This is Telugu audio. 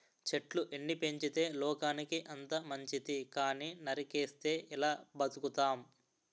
చెట్లు ఎన్ని పెంచితే లోకానికి అంత మంచితి కానీ నరికిస్తే ఎలా బతుకుతాం?